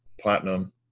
platinum